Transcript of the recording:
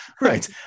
Right